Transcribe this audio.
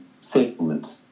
settlement